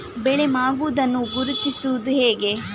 ಬೆಳೆ ಮಾಗುವುದನ್ನು ಗುರುತಿಸುವುದು ಹೇಗೆ?